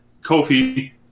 Kofi